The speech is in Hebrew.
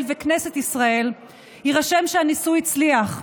וכנסת ישראל יירשם שהניסוי הצליח.